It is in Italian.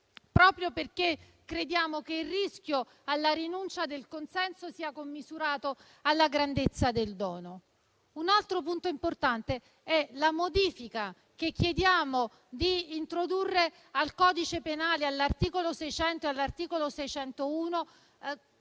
proprio perché crediamo che il rischio alla rinuncia del consenso sia commisurato alla grandezza del dono. Un altro punto importante è la modifica che chiediamo di introdurre agli articoli 600 e 601